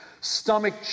stomach